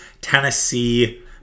Tennessee